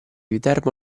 viterbo